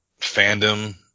fandom